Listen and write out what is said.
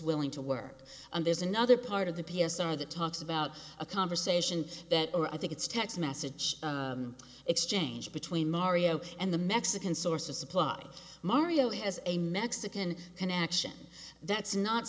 willing to work and there's another part of the p s r that talks about a conversation that or i think it's text message exchange between mario and the mexican source of supply mario has a mexican connection that's not